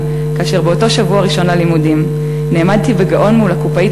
כאשר באותו שבוע ראשון ללימודים נעמדתי בגאון מול הקופאית